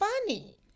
funny